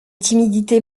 timidité